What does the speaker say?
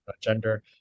gender